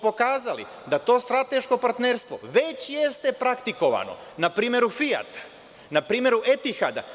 Pokazali smo da to strateško partnerstvo već jeste praktikovano na primeru „Fijata“, na primeru „Etihada“